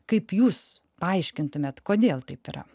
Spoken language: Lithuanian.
kaip jūs paaiškintumėt kodėl taip yra